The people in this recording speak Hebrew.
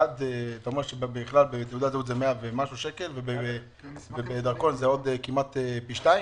אתה אומר שבתעודת זהות זה 115 שקלים ובדרכון הסכום הוא כמעט פי שניים.